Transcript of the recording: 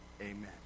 Amen